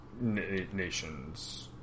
nations